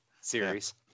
series